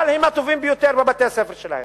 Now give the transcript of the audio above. אבל הם הטובים ביותר בבתי-הספר שלהם.